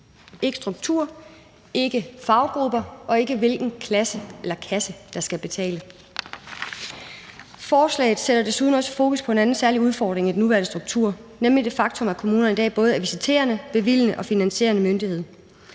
ikke struktur, ikke faggrupper og ikke, hvilken klasse eller kasse der skal betale. Forslaget sætter desuden fokus på en anden særlig udfordring i den nuværende struktur, nemlig det faktum, at kommunerne i dag både er visiterende, bevilgende og finansierende myndighed